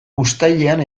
uztailean